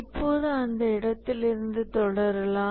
இப்போது அந்த இடத்திலிருந்து தொடரலாம்